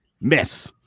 miss